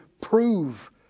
prove